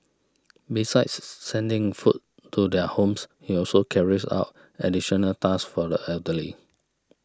besides sending food to their homes he also carries out additional tasks for the elderly